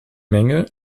menge